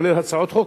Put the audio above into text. כולל הצעות חוק,